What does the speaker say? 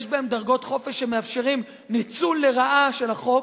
יש בהם דרגות חופש שמאפשרות ניצול לרעה של החוק.